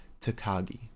Takagi